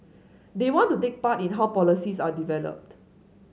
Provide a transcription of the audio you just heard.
they want to take part in how policies are developed